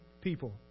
people